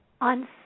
on